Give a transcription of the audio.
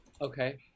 Okay